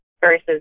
versus